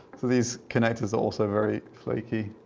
these connectors are also very flaky.